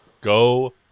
go